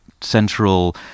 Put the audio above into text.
central